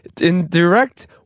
indirect